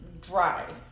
dry